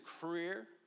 career